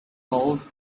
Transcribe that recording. emails